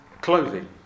clothing